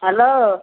hello